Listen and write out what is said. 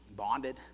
bonded